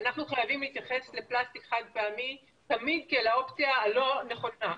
אנחנו חייבים להתייחס לפלסטיק חד פעמי תמיד כעל האופציה הלא נכונה.